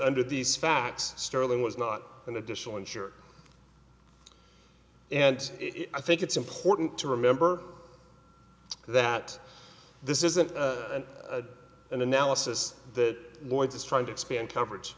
under these facts sterling was not an additional insured and i think it's important to remember that this isn't an analysis that lloyds is trying to expand coverage